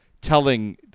telling